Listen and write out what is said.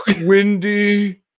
windy